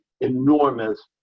enormous